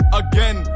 again